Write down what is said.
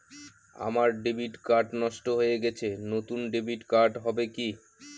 আমার debit card নষ্ট হয়ে গেছে নূতন ডেবিট কার্ড হবে কি?